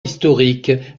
historique